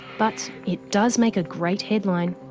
but, it does make a great headline